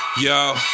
yo